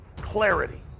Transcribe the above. clarity